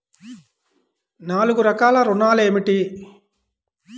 నాలుగు రకాల ఋణాలు ఏమిటీ?